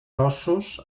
ossos